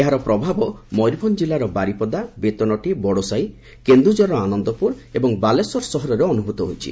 ଏହାର ପ୍ରଭାବ ମୟରଭଞ୍ ଜିଲ୍ପାର ବାରିପଦା ବେତନଟୀ ବଡ଼ସାହି କେନ୍ଦୁଝରର ଆନନ୍ଦପୁର ଏବଂ ବାଲେଶ୍ୱର ସହରରେ ଅନୁଭୂତ ହୋଇଛି